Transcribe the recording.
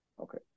Okay